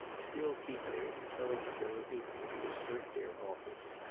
still keep their intelligibility and assert their office.